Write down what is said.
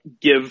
give